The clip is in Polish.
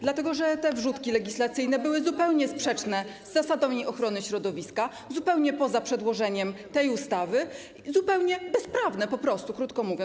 Dlatego że te wrzutki legislacyjne były zupełnie sprzeczne z zasadami ochrony środowiska, zupełnie poza przedłożeniem tej ustawy, po prostu zupełnie bezprawne, krótko mówiąc.